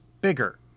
bigger